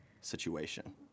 situation